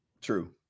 True